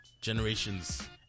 generations